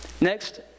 Next